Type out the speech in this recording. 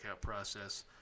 process